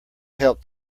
help